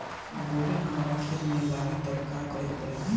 जब बोडिन हमारा खेत मे लागी तब का करे परी?